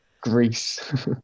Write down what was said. Greece